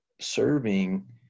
serving